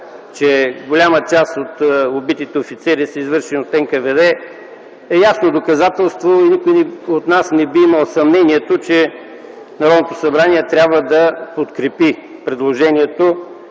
че голяма част от убитите офицери е дело на НКВД, е ясно доказателство и никой от нас не би имал съмнението, че Народното събрание трябва да подкрепи предложението